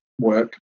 work